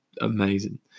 amazing